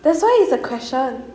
that's why it's a question